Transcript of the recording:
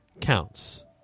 counts